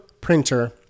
printer